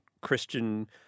Christian